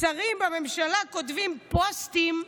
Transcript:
שרים בממשלה, כותבים פוסטים.